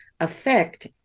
affect